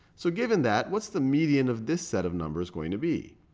so given that, what's the median of this set of numbers going to be?